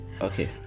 okay